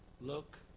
look